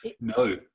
No